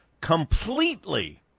completely